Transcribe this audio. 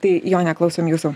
tai jone klausom jūsų